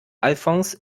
alfons